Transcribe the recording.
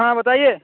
ہاں بتائیے